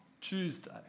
Tuesday